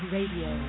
Radio